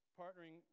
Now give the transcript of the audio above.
partnering